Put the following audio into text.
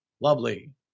Lovely